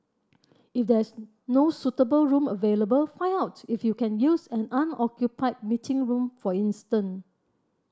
if there is no suitable room available find out if you can use an unoccupied meeting room for instance